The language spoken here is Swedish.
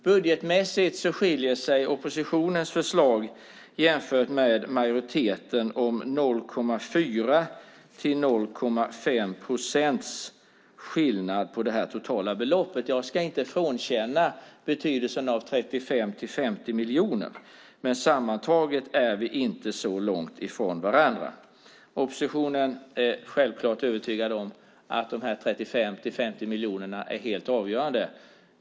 Budgetmässigt skiljer sig oppositionens förslag jämfört med majoritetens med 0,4 mot 0,5 procent på det totala beloppet. Jag ska inte frånkänna betydelsen av skillnaden mellan 35 och 50 miljoner, men sammantaget är vi inte så långt från varandra. Oppositionen är självklart övertygad om att skillnaden mellan 35 och 50 miljoner är helt avgörande.